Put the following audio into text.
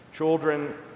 children